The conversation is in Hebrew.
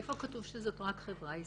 איפה כתוב שזאת רק חברה ישראלית?